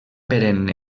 perenne